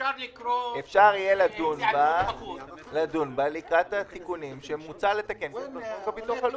אפשר יהיה לדון בה לקראת התיקונים שמוצע לתקן בחוק הביטוח הלאומי.